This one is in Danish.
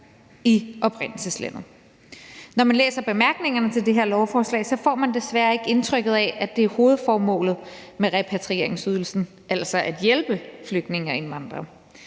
i oprindelseslandet. Når man læser bemærkningerne til det her lovforslag, får man desværre ikke indtrykket af, at det er hovedformålet med repatrieringsydelsen, altså at hjælpe flygtninge og indvandrere.